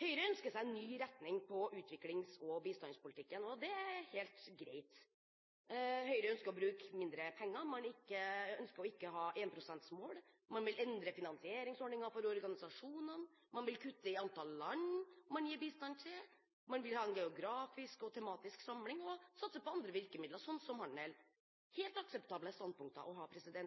Høyre ønsker seg en ny retning på utviklings- og bistandspolitikken, og det er helt greit. Høyre ønsker å bruke mindre penger, man ønsker ikke å ha 1 pst.-målet, man vil endre finansieringsordningen for organisasjonene, man vil kutte i antall land man gir bistand til, man vil ha en geografisk og tematisk samling og satse på andre virkemidler, slik som handel. Dette er helt akseptable standpunkter å ha,